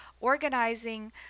organizing